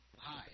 Hi